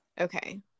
Okay